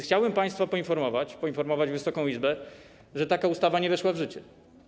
Chciałbym państwa poinformować, poinformować Wysoką Izbę, że taka ustawa nie weszła w życie.